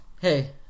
Hey